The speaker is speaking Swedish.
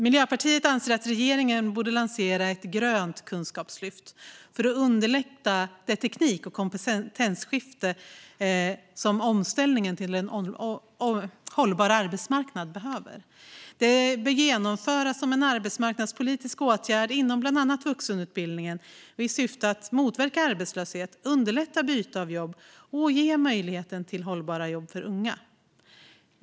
Miljöpartiet anser att regeringen borde lansera ett grönt kunskapslyft för att underlätta det teknik och kompetensskifte som omställningen till en hållbar arbetsmarknad behöver. Det bör genomföras som en arbetsmarknadspolitisk åtgärd inom bland annat vuxenutbildningen i syfte att motverka arbetslöshet, underlätta byte av jobb och ge möjlighet till hållbara jobb för unga.